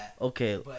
okay